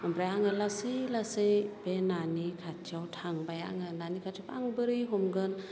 ओमफ्राय आङो लासै लासै बे नानि खाथियाव थांबाय आङो नानि खाथियाव आं बोरै हमगोन